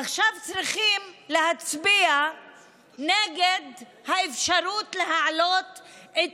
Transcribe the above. עכשיו צריכים להצביע נגד האפשרות להעלות את